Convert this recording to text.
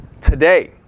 today